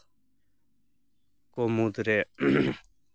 ᱠᱚ ᱢᱩᱫᱽ ᱨᱮ